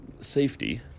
safety